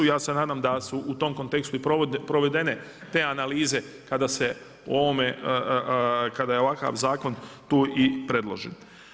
I ja se nadam da su u tom kontekstu i provedene te analize kada se o ovome, kada je ovakav zakon tu i predložen.